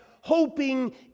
hoping